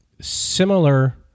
similar